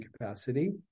capacity